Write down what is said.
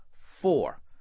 four